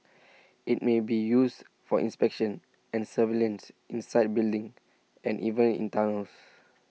IT may be used for inspection and surveillance inside buildings and even in tunnels